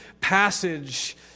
passage